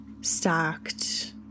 stacked